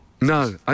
No